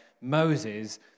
Moses